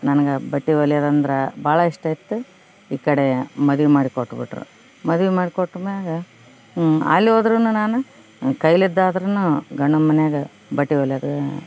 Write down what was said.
ನನ್ಗೆ ಬಟ್ಟೆ ಹೊಲಿಯದಂದ್ರ ಭಾಳ ಇಷ್ಟ ಇತ್ತು ಈ ಕಡೆ ಮದ್ವೆ ಮಾಡ್ಕೊಟ್ಬಿಟ್ರು ಮದ್ವೆ ಮಾಡಿ ಕೊಟ್ಟ್ಮ್ಯಾಗ ಅಲ್ಲಿ ಹೋದರೂನು ನಾನು ಕೈಲಿದ್ದಾದರೂನು ಗಂಡನ ಮನ್ಯಾಗೆ ಬಟ್ಟೆ ಹೊಲಿಯದು